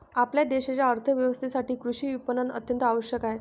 आपल्या देशाच्या अर्थ व्यवस्थेसाठी कृषी विपणन अत्यंत आवश्यक आहे